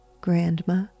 Grandma